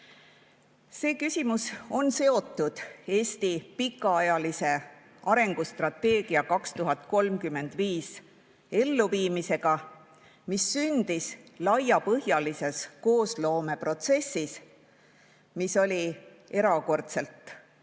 See küsimus on seotud Eesti pikaajalise arengustrateegia "Eesti 2035" elluviimisega, mis sündis laiapõhjalises koosloomeprotsessis, mis oli erakordselt